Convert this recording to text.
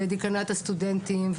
בדיקנט הסטודנטים,